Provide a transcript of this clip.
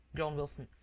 groaned wilson.